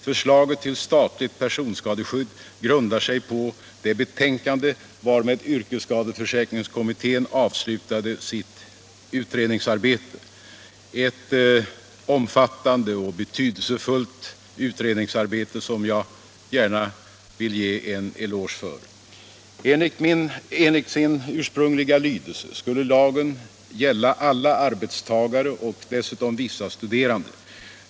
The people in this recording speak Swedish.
Förslaget till statligt personskadeskydd grundar sig på det betänkande varmed yrkesskadeförsäkringskommittén avslutade sitt utredningsarbete, ett omfattande och betydelsefullt utredningsarbete som jag gärna vill ge en eloge för. Enligt sin ursprungliga lydelse skulle lagen gälla alla arbetstagare och dessutom vissa studerande.